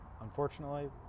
unfortunately